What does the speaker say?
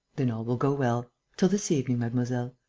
then all will go well. till this evening, mademoiselle.